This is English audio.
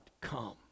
come